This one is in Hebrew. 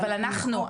אבל אנחנו,